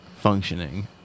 Functioning